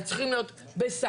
אז צריכים להיות בסנקציות,